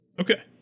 Okay